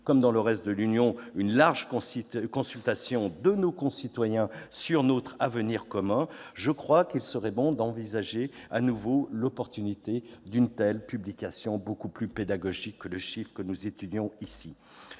et dans le reste de l'Union une large consultation de nos concitoyens sur notre avenir commun, je crois qu'il serait bon d'envisager à nouveau l'opportunité d'une telle publication, bien plus pédagogique que les chiffres que nous étudions ici.